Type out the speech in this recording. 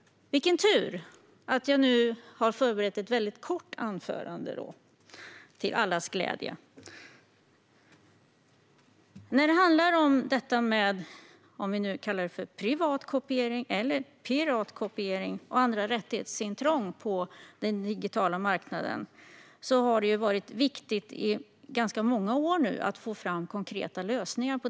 Vilken tur att jag då har förberett ett väldigt kort anförande till allas glädje! När det gäller detta som vi kan kalla privatkopiering eller piratkopiering och andra rättighetsintrång på den digitala marknaden har det nu under ganska många år varit viktigt att få fram konkreta lösningar.